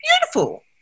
Beautiful